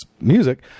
music